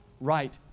right